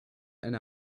and